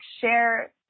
share